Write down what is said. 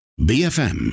BFM